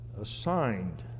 assigned